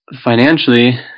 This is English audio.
financially